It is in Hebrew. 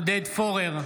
עודד פורר,